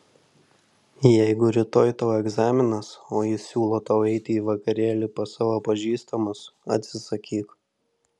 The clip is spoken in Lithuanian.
jeigu rytoj tau egzaminas o jis siūlo tau eiti į vakarėlį pas savo pažįstamus atsisakyk